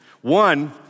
One